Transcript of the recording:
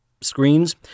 screens